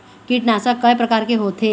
कीटनाशक कय प्रकार के होथे?